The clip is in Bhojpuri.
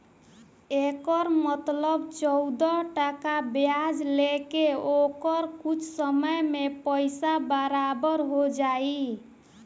एकर मतलब चौदह टका ब्याज ले के ओकर कुछ समय मे पइसा बराबर हो जाई